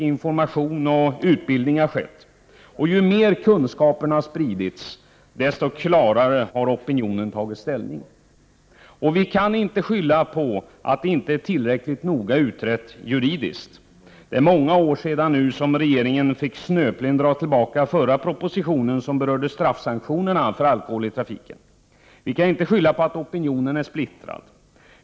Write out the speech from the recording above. Information och utbildning har skett. Ju mer kunskapen har spridits desto klarare har opinionen tagit ställning. Vi kan inte skylla på att det inte är tillräckligt noga utrett juridiskt. Det är många år sedan nu som regeringen fick snöpligen dra tillbaka den förra propositionen som berörde straffsanktionerna för alkohol i trafiken. Vi kan inte skylla på att opinionen är splittrad.